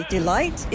Delight